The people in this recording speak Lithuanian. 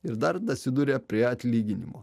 ir dar dasiduria prie atlyginimo